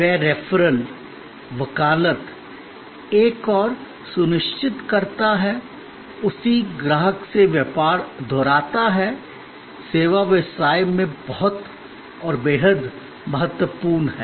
वह रेफरल वह वकालत एक ओर सुनिश्चित करता है उसी ग्राहक से व्यापार दोहराता है सेवा व्यवसाय में बेहद महत्वपूर्ण है